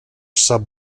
sub